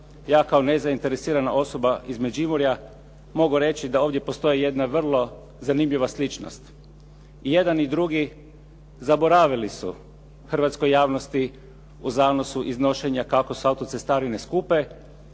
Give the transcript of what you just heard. ja kao nezainteresirana osoba iz Međimurja mogu reći da ovdje postoji jedna vrlo zanimljiva sličnost. I jedan i drugi zaboravili su hrvatskoj javnosti u zanosu iznošenja kako su autocestarine skupe